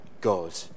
God